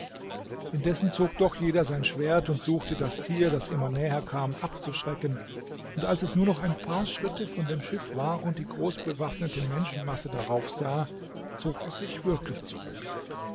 indessen zog doch jeder sein schwert und suchte das tier das immer näher kam abzuschrecken und als es nur noch ein paar schritte von dem schiff war und die große bewaffnete menschenmasse darauf sah zog es sich wirklich zurück